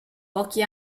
pochi